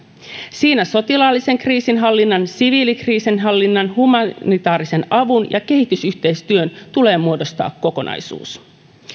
siinä sotilaallisen kriisinhallinnan siviilikriisinhallinnan humanitaarisen avun ja kehitysyhteistyön tulee muodostaa kokonaisuus